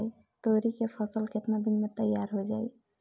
तोरी के फसल केतना दिन में तैयार हो जाई?